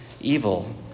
evil